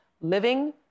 Living